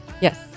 yes